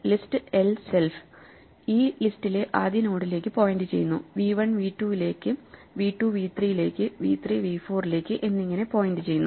list l self ഈ ലിസ്റ്റിലെ ആദ്യ നോഡിലേക്ക് പോയിന്റ് ചെയ്യുന്നു വി 1 വി 2 ലേക്ക് വി 2 വി 3 ലേക്ക് വി 3 വി 4 ലേക്ക് എന്നിങ്ങനെ പോയിന്റ് ചെയ്യുന്നു